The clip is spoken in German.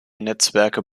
netzwerke